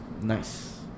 nice